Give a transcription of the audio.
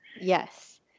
Yes